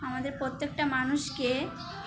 আমাদের প্রত্যেকটা মানুষকে